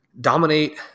dominate